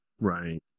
Right